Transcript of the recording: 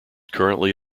currently